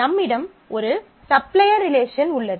நம்மிடம் ஒரு supplier relation உள்ளது